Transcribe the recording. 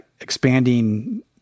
expanding